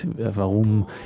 warum